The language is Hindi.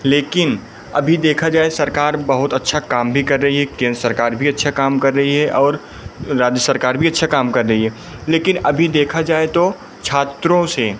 लेकिन अभी देखा जाए सरकार बहुत अच्छा काम भी कर रही है केंद्र सरकार भी अच्छा काम कर रही है और राज्य सरकार भी अच्छा काम कर रही है लेकिन अभी देखा जाए तो छात्रों से